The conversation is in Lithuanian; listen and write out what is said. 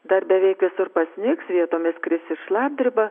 dar beveik visur pasnigs vietomis kris ir šlapdriba